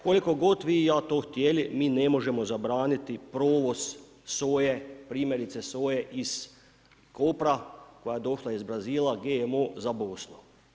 Koliko god Vi i ja to htjeli, mi ne možemo zabraniti provoz soje, primjerice soje iz Kopra, koja je došla iz Brazila GMO za Bosnu.